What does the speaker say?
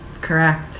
Correct